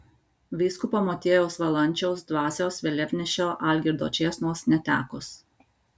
vyskupo motiejaus valančiaus dvasios vėliavnešio algirdo čėsnos netekus